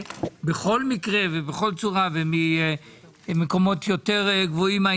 בכל מקרה ובכל צורה וממקומות גבוהים יותר.